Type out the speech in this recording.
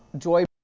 joy,